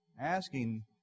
asking